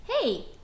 Hey